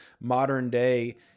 modern-day